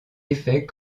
effets